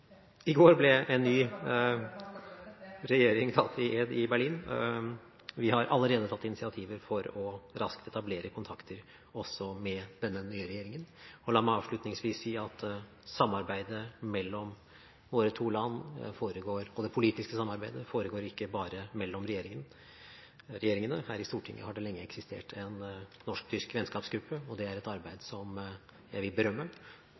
ble en ny regjering tatt i ed i Berlin. Vi har allerede tatt initiativer for raskt å etablere kontakter også med denne nye regjeringen, og la meg avslutningsvis si at det politiske samarbeidet mellom våre to land ikke bare foregår mellom regjeringene. Her i Stortinget har det lenge eksistert en norsk-tysk vennskapsgruppe, og det er et arbeid jeg vil berømme.